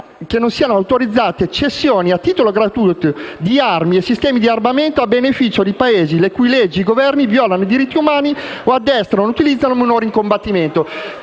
che non siano autorizzate cessioni a titolo gratuito di armi e sistemi di armamento a beneficio di Paesi le cui leggi e Governi violano i diritti umani o addestrano e utilizzano manovre di combattimento.